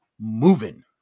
moving